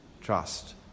Trust